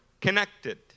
connected